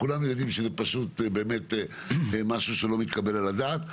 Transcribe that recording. כולנו יודעים שזה משהו שלא מתקבל על הדעת.